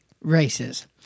races